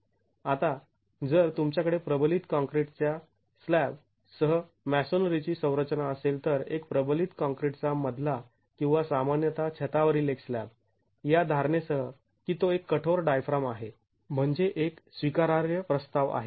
आता जर तुमच्याकडे प्रबलित काँक्रीट च्या स्लॅब सह मॅसोनरीची संरचना असेल तर एक प्रबलित काँक्रीटचा मधला किंवा सामान्यतः छतावरील एक स्लॅब या धारणेसह की तो एक कठोर डायफ्राम आहे म्हणजे एक स्वीकारार्ह प्रस्ताव आहे